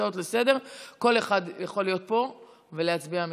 בהצעות לסדר-היום כל אחד יכול להיות פה ולהצביע מכאן.